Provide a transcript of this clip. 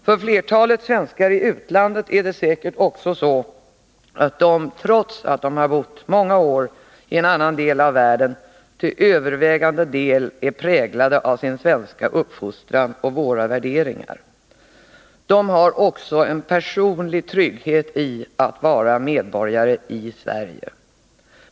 För flertalet svenskar i utlandet är det säkert också så att de, trots att de i många år har bott i annan del av världen, till övervägande del är präglade av 9 sin svenska uppfostran och våra värderingar. De känner också en personlig trygghet, därför att de är svenska medborgare.